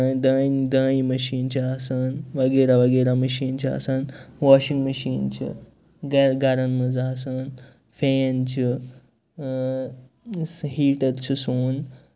دانہِ دانہِ مِشیٖن چھےٚ آسان وغیرہ وغیرہ مِشیٖن چھےٚآسان واشِنٛگ مِشیٖن چھِ گرِ گرَن منٛز آسان فین چھِ یہِ ہسا ہیٖٹر چھُ سوٚن